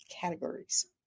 categories